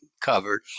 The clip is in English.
covered